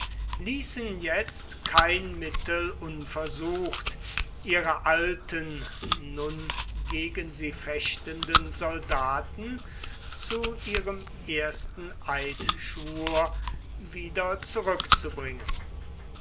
ließen jetzt kein mittel unversucht ihre alten nun gegen sie fechtenden soldaten zu ihrem ersten eidschwur wieder zurückzubringen